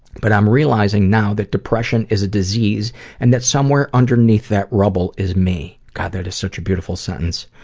but i'm realizing now that depression is a disease and that somewhere underneath that rubble is me. god, that is such a beautiful sentence.